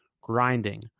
grinding